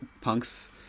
punks